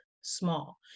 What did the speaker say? small